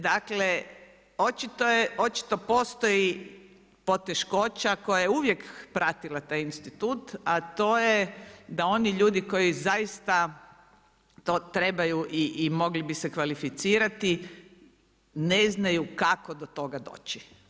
Dakle, očito postoji poteškoća koja je uvijek pratila institut, a to je da oni ljudi koji zaista to trebaju i mogli bi se kvalificirati, ne znaju kako do toga doći.